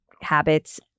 habits